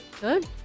Good